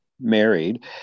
married